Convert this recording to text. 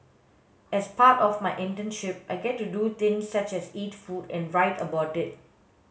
as part of my internship I get to do things such as eat food and write about it